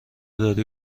داری